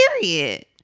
Period